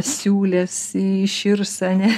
siūlės iširus a ne